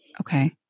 Okay